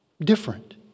different